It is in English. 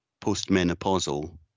postmenopausal